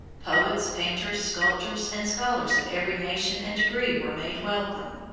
poets, painters, sculptors, and scholars of every nation and degree were made welcome,